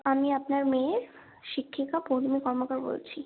আমি আপনার মেয়ের শিক্ষিকা পৌলমী কর্মকার বলছি